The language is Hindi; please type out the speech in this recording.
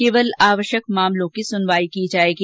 केवल आवश्यक मामलों की सुनवाई की जाएगी